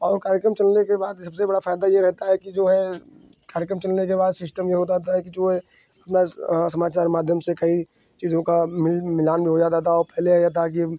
और कार्यक्रम चलने के बाद सबसे बड़ा फ़ायदा यह रहता है कि जो है कार्यक्रम चलने के बाद सिस्टम यह होता था कि जो है अपना समाचार माध्यम से कई चीज़ों का मिल मिलान भी हो जाता था और पहले यह था कि